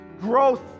Growth